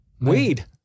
Weed